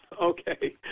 Okay